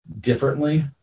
differently